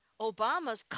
Obama's